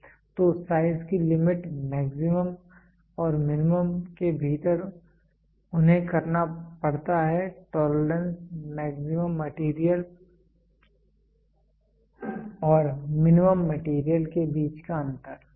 तो साइज की limit maximum और मिनिमम के भीतर उन्हें करना पड़ता है टोलरेंस मैक्सिमम मटेरियल और मिनिमम मटेरियल के बीच का अंतर है